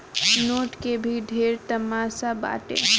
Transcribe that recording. note के भी ढेरे तमासा बाटे